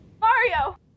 Mario